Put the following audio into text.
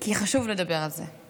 כי חשוב לדבר על זה.